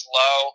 low